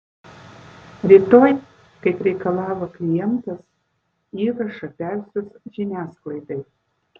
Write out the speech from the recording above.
rytoj kaip reikalavo klientas įrašą persiųs žiniasklaidai